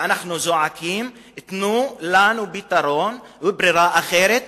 ואנחנו זועקים: תנו לנו פתרון ואפשרות אחרת,